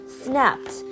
snapped